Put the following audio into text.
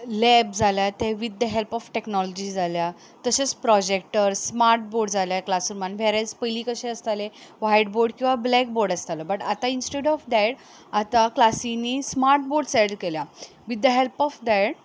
lab जाल्या with the help of technology जाल्या तशेंच प्रोजॅक्टर स्मार्ट बोर्ड्स क्लासरुमान वेअर एज पयलीं कशें आसतालें वायट बोर्ड किंवा ब्लॅक बोर्ड आसतालो बट आतां इनस्टीड ऑफ दॅट आतां क्लासींनी स्मार्ट बोर्ड एड केल्या with the help of that